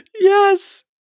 Yes